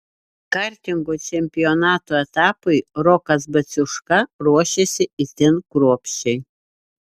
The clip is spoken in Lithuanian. kartingo čempionato etapui rokas baciuška ruošėsi itin kruopščiai